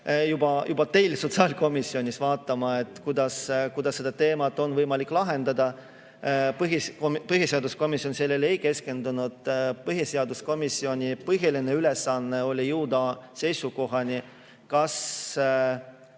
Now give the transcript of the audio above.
juba teil sotsiaalkomisjonis vaadata, kuidas seda küsimust on võimalik lahendada. Põhiseaduskomisjon sellele ei keskendunud. Põhiseaduskomisjoni põhiline ülesanne oli jõuda seisukohani, kas